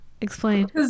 Explain